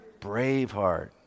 Braveheart